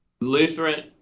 Lutheran